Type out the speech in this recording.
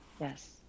yes